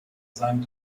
seinen